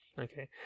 okay